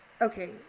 okay